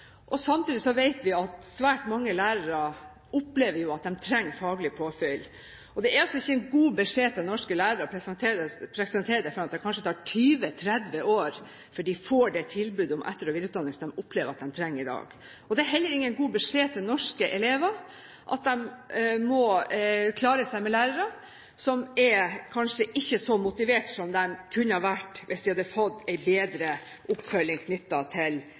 ledig. Samtidig vet vi at svært mange lærere opplever at de trenger faglig påfyll. Det er altså ingen god beskjed til norske lærere å presentere det sånn at det kanskje tar 20–30 år før de får det tilbudet om den etter- og videreutdanning som de opplever at de trenger i dag. Det er heller ingen god beskjed til norske elever at de må klare seg med lærere som kanskje ikke er så motiverte som de kunne ha vært om de hadde fått en bedre oppfølging knyttet til